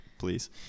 Please